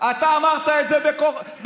אתה אמרת את זה בקולך.